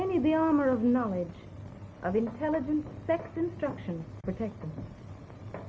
any of the armor of knowledge of intelligence sex instruction protect th